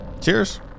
Cheers